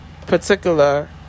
particular